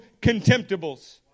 contemptibles